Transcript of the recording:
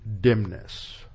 dimness